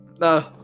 No